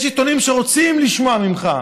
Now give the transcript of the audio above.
יש עיתונים שרוצים לשמוע ממך,